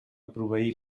proveir